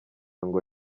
ngo